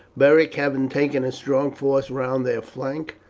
beric having taken a strong force round their flank.